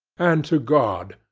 and to god.